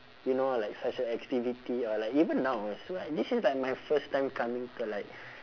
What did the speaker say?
you know like such a activity or like even now is what this is like my first time coming to like